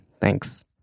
Thanks